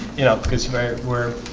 you know because very where